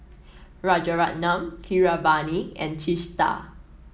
Rajaratnam Keeravani and Teesta